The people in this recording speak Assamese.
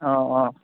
অঁ অঁ